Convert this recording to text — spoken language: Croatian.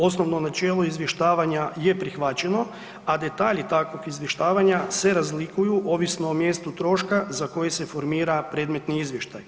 Osnovno načelo izvještavanja je prihvaćeno, a detalji takvog izvještavanja se razlikuju ovisno mjestu troška za koji se formira predmetni izvještaj.